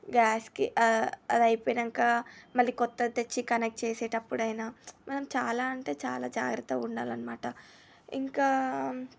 గ్యాస్కి అది అయిపోయినంక మళ్ళి కొత్తది తెచ్చి కనెక్ట్ చేసేటప్పుడు అయినా మనం చాలా అంటే చాలా జాగ్రత్తగా ఉండాలి అన్నమాట ఇంకా